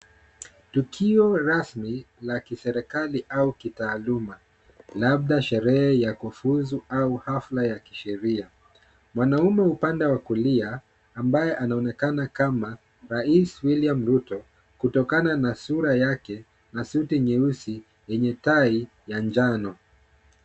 Tukio rasmi la kiserikali au kitaaluma, labda sherehe ya kufuzu au hafla ya kisheria. Mwanaume upande wa kulia ambaye anaonekana kama Rais William Ruto, kutokana na sura yake na suti nyeusi yenye tai ya njano.